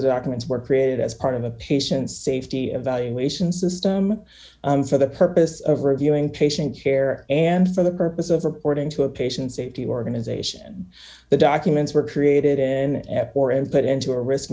arguments were created as part of the patient's safety evaluation system and for the purpose of reviewing patient care and for the purpose of reporting to a patient safety organization the documents were created in at war and put into a risk